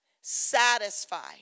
Satisfy